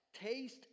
taste